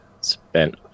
spent